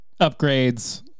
upgrades